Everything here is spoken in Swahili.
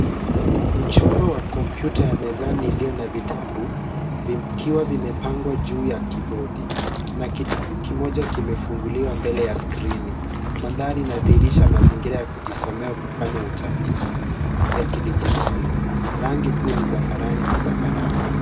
Mchoro wa kompyuta ya mezani iliyo na vitabu, vikiwa vimepangwa juu ya kibodi na kitabu kimoja kimefunguliwa mbele ya skrini. Mandhari inadhihirisha mazingira ya kujisomea au kufanya utafiti ya kidijitali. Rangi kuu ni za farari na zambarau.